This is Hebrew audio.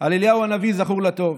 על אליהו הנביא זכור לטוב